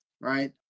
right